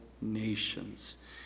nations